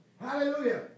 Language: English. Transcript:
Hallelujah